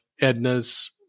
Edna's